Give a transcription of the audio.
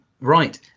Right